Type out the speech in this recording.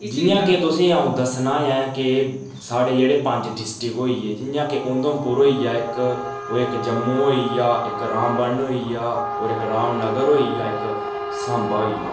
जि'यां कि तुसेंगी आ'ऊं दस्सना ऐ के साढ़ै जेह्ड़े पंज डिस्ट्रीक्ट होई गे जि'यां कि उधमपुर होई गेआ इक ओह् इक जम्मू होई गेआ इक रामबन होई गेआ होर इक रामनगर होई गेआ इक साम्बा होई गेआ